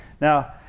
Now